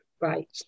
Right